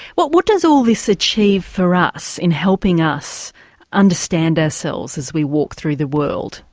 what what does all this achieve for us in helping us understand ourselves as we walk through the world?